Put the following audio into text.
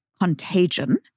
contagion